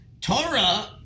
Torah